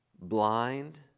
blind